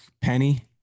Penny